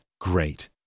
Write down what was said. great